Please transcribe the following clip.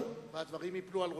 והדברים ייפלו על ראשך.